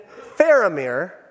Faramir